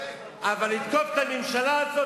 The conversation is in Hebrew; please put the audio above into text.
אבל לתקוף את הממשלה הזאת,